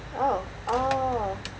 oh oh